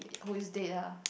who is Dea